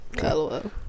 Hello